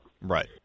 Right